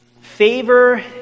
favor